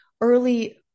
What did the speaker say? early